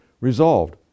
Resolved